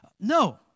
No